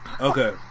Okay